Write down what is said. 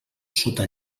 sota